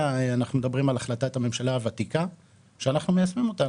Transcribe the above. אנחנו מדברים על החלטת הממשלה הוותיקה שאנחנו מיישמים אותה.